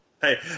Hey